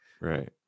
Right